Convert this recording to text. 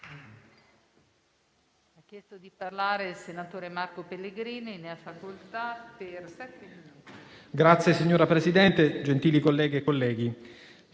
Signora Presidente, gentili colleghe e colleghi,